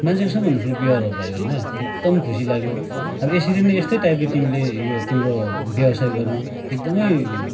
मान्छेको सबैभन्दा ठुलो व्यवहार हो भाइ होइन एकदम खुसी लाग्यो अब यसरी नै यस्तै टाइपले तिमीले यो तिम्रो व्यवसाय गर्नु एकदमै